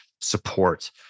support